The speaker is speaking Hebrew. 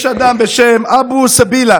יש אדם בשם אבו סבילה